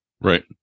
right